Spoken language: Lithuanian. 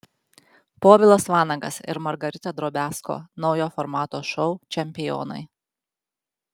povilas vanagas ir margarita drobiazko naujo formato šou čempionai